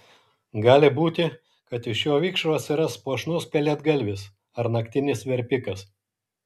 gali būti kad iš šio vikšro atsiras puošnus pelėdgalvis ar naktinis verpikas